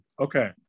Okay